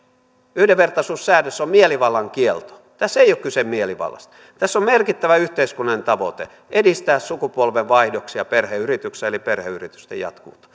yhdenvertaisuussäädös on mielivallan kielto tässä ei ole kyse mielivallasta tässä on merkittävä yhteiskunnallinen tavoite edistää sukupolvenvaihdoksia perheyrityksissä eli perheyritysten jatkuvuutta